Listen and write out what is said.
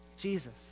Jesus